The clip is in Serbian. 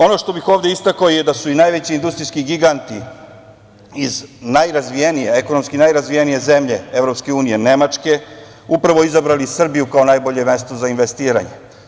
Ono što bih ovde istakao je da su i najveći industrijski giganti iz ekonomski najrazvijenije zemlje EU Nemačke upravo izabrali Srbiju kao najbolje mesto za investiranje.